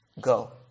Go